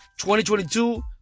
2022